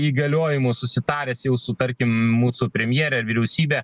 įgaliojimų susitaręs jau su tarkim mūsų premjere vyriausybe